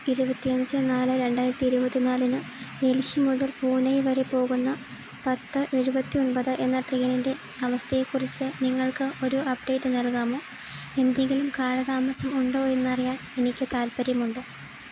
ഇരുപത്തിയഞ്ച് നാല് രണ്ടായിരത്തി ഇരുപത്തിനാലിന് ഡൽഹി മുതൽ പൂനെ വരെ പോകുന്ന പത്ത് എഴുപത്തിയൊമ്പത് എന്ന ട്രെയിനിൻ്റെ അവസ്ഥയെക്കുറിച്ച് നിങ്ങൾക്കൊരു അപ്ഡേറ്റ് നൽകാമോ എന്തെങ്കിലും കാലതാമസമുണ്ടോ എന്നറിയാൻ എനിക്ക് താൽപ്പര്യമുണ്ട്